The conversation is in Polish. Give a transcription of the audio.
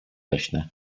leśne